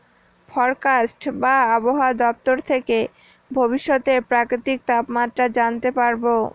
forecast বা আবহাওয়া দপ্তর থেকে ভবিষ্যতের প্রাকৃতিক তাপমাত্রা জানতে পারবো